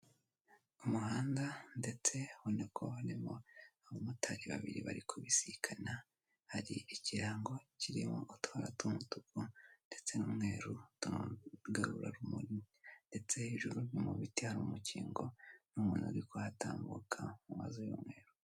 Mu muhanda ndetse abona ko harimo abamotari babiri bari kubisikana, hari ikirango kirimo utubara tw'umutuku ndetse n'umweruru, utugarurarumuri ndetse hejuru mu biti hari umukingo n'umuntu uri kuhatambuka mu mazu y'umweru.